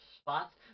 spots